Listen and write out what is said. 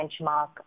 benchmark